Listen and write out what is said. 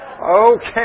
Okay